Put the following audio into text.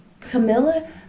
Camilla